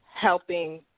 helping